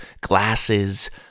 glasses